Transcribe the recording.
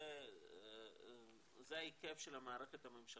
זה ההיקף של המערכת הממשלתית.